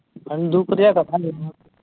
ᱟᱹᱰᱤ ᱫᱩᱠ ᱨᱮᱭᱟᱜ ᱠᱟᱛᱷᱟ